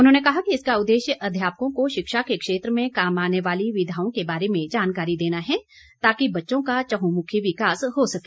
उन्होंने कहा कि इसका उद्देश्य अध्यापकों को शिक्षा के क्षेत्र में काम आने वाली विघाओं के बारे में जानकारी देना है ताकि बच्चों का चहुमुखी विकास हो सके